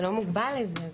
זה לא מוגבל לזה,